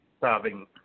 serving